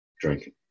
Drink